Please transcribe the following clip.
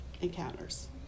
encounters